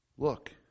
Look